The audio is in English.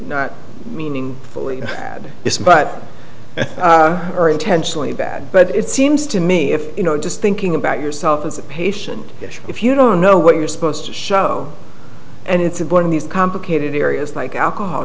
not meaning fully bad but are intentionally bad but it seems to me if you know just thinking about yourself as a patient if you don't know what you're supposed to show and it's one of these complicated areas like alcohol